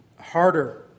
harder